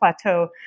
Plateau